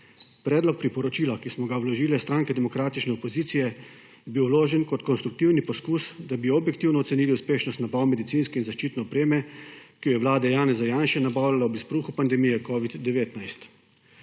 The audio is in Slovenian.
Predlog priporočila, ki smo ga vložile stranke demokratične opozicije je bil vložen kot konstruktiven poskus, da bi objektivno ocenili uspešnost nabav medicinske in zaščitne opreme, ki jo je vlada Janeza Janše nabavljala ob izbruhu pandemije covida-19.